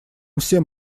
всем